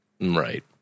Right